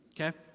okay